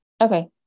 okay